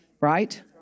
Right